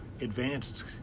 advanced